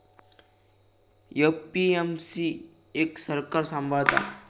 APMC क सरकार सांभाळता